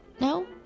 No